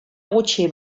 gutxi